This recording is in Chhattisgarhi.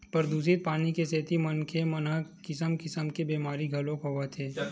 परदूसित पानी के सेती मनखे मन ल किसम किसम के बेमारी घलोक होवत हे